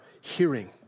hearing